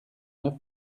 neuf